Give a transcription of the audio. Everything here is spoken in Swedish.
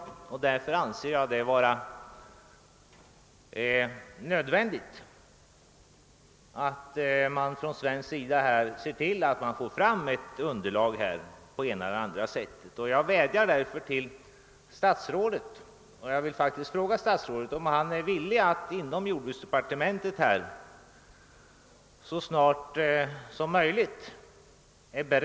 Av den anledningen anser jag: det vara nödvändigt att vi från svensk sida ser till att vi får fram ett underlag på det ena eller andra sättet. Jag vill därför fråga statsrådet om han är beredd att inom jordbruksdepartementet göra .utredningar så snart som möjligt.